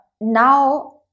now